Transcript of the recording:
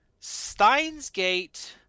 Steinsgate